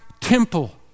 temple